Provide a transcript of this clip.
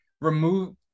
remove